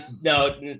no